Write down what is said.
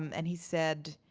um and he said,